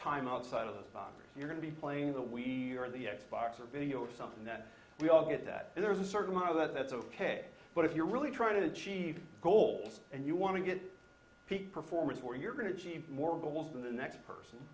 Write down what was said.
time outside of us going to be playing the we are the x box or video or something that we all get that there's a certain amount of that that's ok but if you're really trying to achieve goals and you want to get peak performance or you're going to achieve more goals than the next person